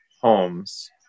homes